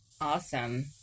Awesome